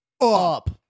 up